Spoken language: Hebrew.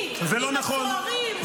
עם מי, עם הסוהרים?